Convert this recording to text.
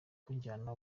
kujyana